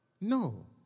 No